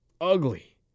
Ugly